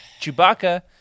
Chewbacca